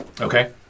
Okay